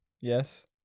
Yes